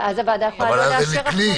יאללה, בואו נמשיך.